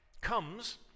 comes